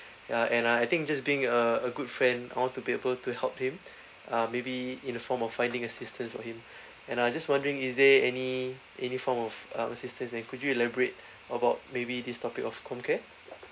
ya and uh I think just being a a good friend I want to be able to help him um maybe in the form of finding assistance for him and uh I just wondering is there any any form of uh assistance and could you elaborate about maybe this topic of comcare